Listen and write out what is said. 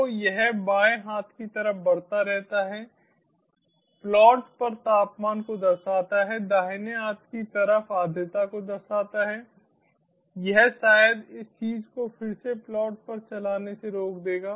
तो यह बाएं हाथ की तरफ बढ़ता रहता है प्लॉट पर तापमान को दर्शाता है दाहिने हाथ की तरफ आर्द्रता को दर्शाता है यह शायद इस चीज को फिर से प्लॉट पर चलाने से रोक देगा